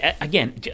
again